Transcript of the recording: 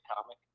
comic